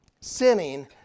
sinning